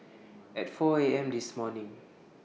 At four A M This morning